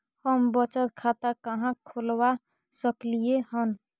हम बचत खाता कहाॅं खोलवा सकलिये हन?